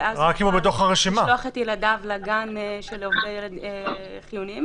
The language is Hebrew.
ואז הוא יוכל לשלוח את ילדיו לגן של עובדים חיוניים?